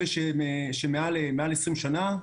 אלה שמעל 20 שנה,